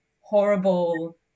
horrible